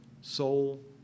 soul